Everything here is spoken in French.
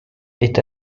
est